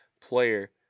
player